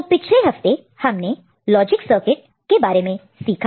तो पिछले हफ्ते हमने लॉजिक सर्किट के बारे में सिखा